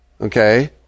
Okay